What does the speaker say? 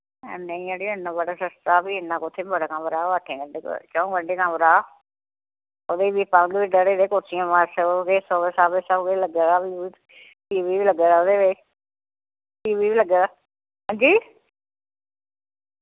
नेईं अड़े इ'न्ना बड़ा सस्ता फ्ही इ'न्ना कुत्थे मेरा कमरा चाऊं गंढें कमरा सब सब किश लग्गे दा टीवी वी लग्गे दा ते टीवी बी लग्गे दा हां जी